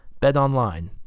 BetOnline